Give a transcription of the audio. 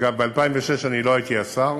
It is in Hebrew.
אגב, ב-2006 אני לא הייתי שר,